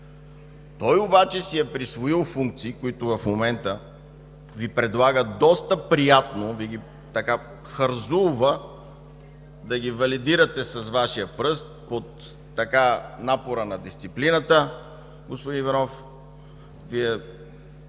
Той обаче си е присвоил функции, които в момента Ви предлага доста приятно, Ви ги хързулва да ги валидирате с Вашия пръст под напора на дисциплината, господин Иванов,